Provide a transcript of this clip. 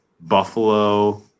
Buffalo